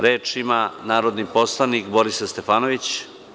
Reč ima narodni poslanik Borislav Stefanović.